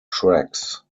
tracks